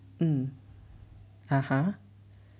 mm (uh huh)